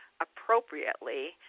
appropriately